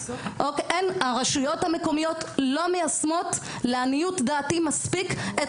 הרשויות המקומיות לא מיישמות לעניות דעתי מספיק את